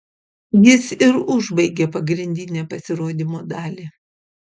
jis ir užbaigė pagrindinę pasirodymo dalį